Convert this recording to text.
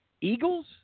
Eagles